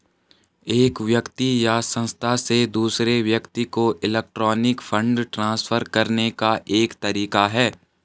एक व्यक्ति या संस्था से दूसरे व्यक्ति को इलेक्ट्रॉनिक फ़ंड ट्रांसफ़र करने का एक तरीका है